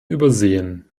übersehen